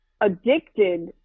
addicted